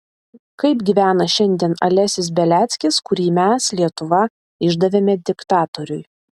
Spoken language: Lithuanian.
kaip gyvena šiandien alesis beliackis kurį mes lietuva išdavėme diktatoriui